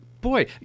Boy